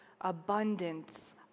abundance